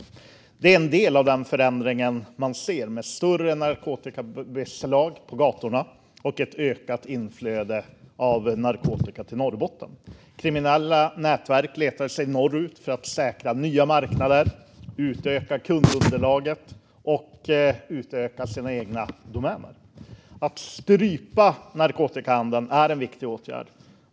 Detta är en del av den förändring man ser, med större narkotikabeslag på gatorna och ett ökat inflöde av narkotika till Norrbotten. Kriminella nätverk letar sig norrut för att säkra nya marknader, utöka kundunderlaget och utöka sina egna domäner. Att strypa narkotikahandeln är en viktig åtgärd.